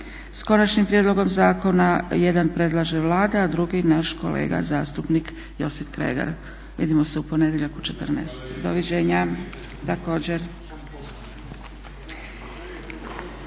s konačnim prijedlogom zakona, jedan predlaže Vlada a drugi naš kolega zastupnik Josip Kregar. Vidimo se u ponedjeljak u 14,00. Doviđenja.